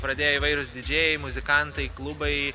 pradėjo įvairūs didžėjai muzikantai klubai